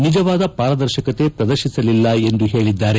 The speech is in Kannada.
ನಿಜವಾದ ಪಾರದರ್ಶಕತೆ ಪ್ರದರ್ಶಿಸಲಿಲ್ಲ ಎಂದು ಹೇಳಿದ್ದಾರೆ